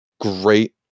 great